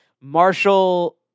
Marshall